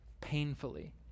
painfully